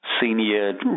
senior